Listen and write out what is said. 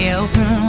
open